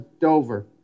Dover